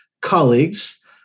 colleagues